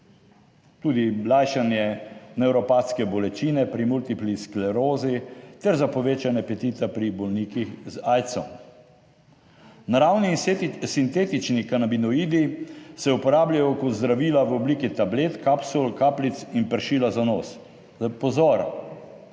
tudi lajšanje nevropatske bolečine pri multipli sklerozi ter za povečanje apetita pri bolnikih z aidsom. Naravni sintetični kanabinoidi se uporabljajo kot zdravila v obliki tablet, kapsul, kapljic in pršila za nos. Pozor,